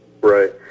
Right